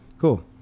cool